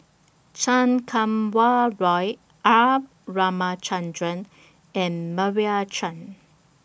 Chan Kum Wah Roy R Ramachandran and Meira Chand